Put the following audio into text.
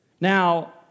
Now